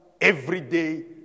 everyday